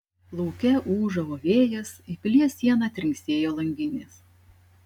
lauke ūžavo vėjas į pilies sieną trinksėjo langinės